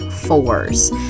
fours